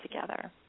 together